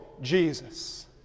Jesus